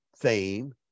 fame